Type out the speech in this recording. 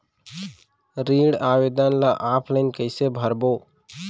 ऋण आवेदन ल ऑफलाइन कइसे भरबो?